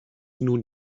nun